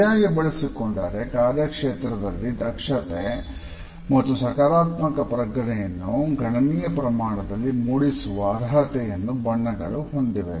ಸರಿಯಾಗಿ ಬಳಸಿಕೊಂಡರೆ ಕಾರ್ಯಕ್ಷೇತ್ರದಲ್ಲಿ ದಕ್ಷತೆ ಮತ್ತು ಸಕಾರಾತ್ಮಕ ಪ್ರಜ್ಞೆಯನ್ನು ಗಣನೀಯ ಪ್ರಮಾಣದಲ್ಲಿ ಮೂಡಿಸುವ ಅರ್ಹತೆಯನ್ನು ಬಣ್ಣಗಳು ಹೊಂದಿವೆ